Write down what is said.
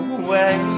away